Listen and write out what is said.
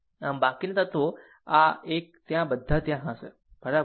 થશે આમ બાકીના તત્વો આ એક આ એક આ બધા ત્યાં હશે બરાબર